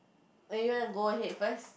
then you want to go ahead first